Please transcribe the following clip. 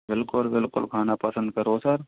बिल्कुल बिल्कुल खाना पसंद करो सर